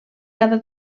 cada